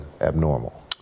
abnormal